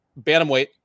bantamweight